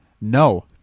No